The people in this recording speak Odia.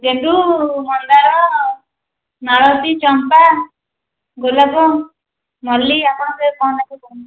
ଗେଣ୍ଡୁ ମନ୍ଦାର ମାଳତୀ ଚମ୍ପା ଗୋଲାପ ମଲ୍ଲୀ ଆପଣ କ'ଣ ନେବେ